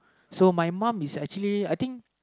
so my mum is actually I think